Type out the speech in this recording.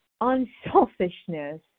unselfishness